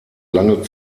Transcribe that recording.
lange